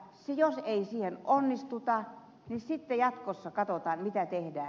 jos siinä ei onnistuta niin jatkossa katsotaan mitä tehdään